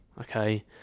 Okay